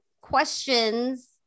questions